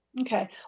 Okay